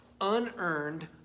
unearned